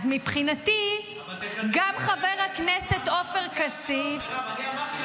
אז מבחינתי חבר הכנסת עופר כסיף -- אבל תצטטי את האמת,